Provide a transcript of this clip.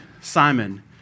Simon